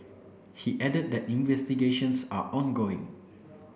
he added that investigations are ongoing